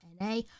NA